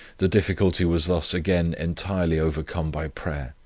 the difficulty was thus again entirely overcome by prayer,